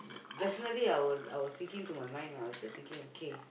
definitely I was I was thinking to my mind what I was like thinking okay